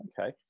okay